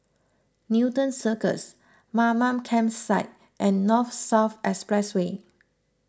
Newton Cirus Mamam Campsite and North South Expressway